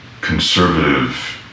conservative